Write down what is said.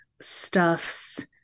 stuffs